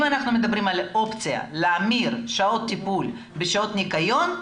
אם אנחנו מדברים על אופציה להמיר שעות טיפול בשעות ניקיון,